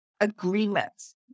agreements